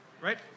Right